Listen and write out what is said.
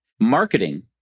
Marketing